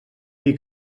dir